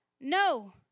no